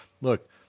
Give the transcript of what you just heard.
look